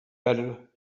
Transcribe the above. better